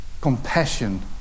compassion